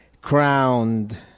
crowned